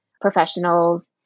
professionals